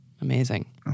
amazing